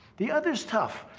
the other's tough.